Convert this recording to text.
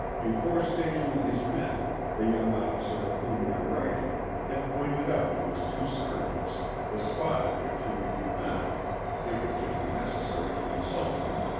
before stationing his men the young officer of whom we are writing had pointed out to his two sergeants the spot at which he would be found if it should be necessary to consult him,